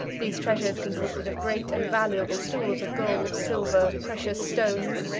these treasures consisted of great and valuable stores of gold, silver, precious stones,